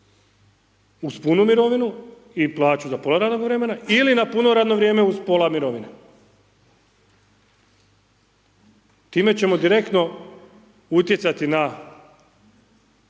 uz punu mirovinu i plaću za pola radnog vremena ili na puno radno vrijeme uz pola mirovine. Time ćemo direktno utjecati na